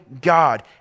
God